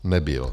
Nebyl.